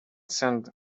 send